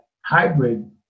hybrid